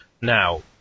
now